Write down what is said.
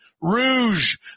Rouge